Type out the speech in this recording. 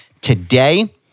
today